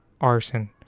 arson